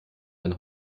ein